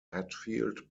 hatfield